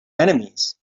enemies